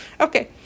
Okay